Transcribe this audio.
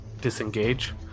disengage